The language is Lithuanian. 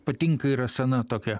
patinka yra sena tokia